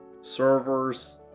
servers